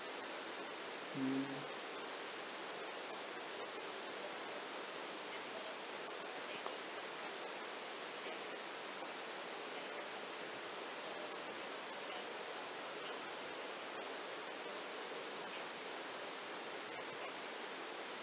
mm